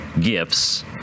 gifts